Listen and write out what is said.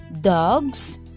dogs